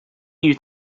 you